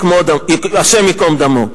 השם ייקום דמו.